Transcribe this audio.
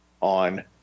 on